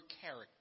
character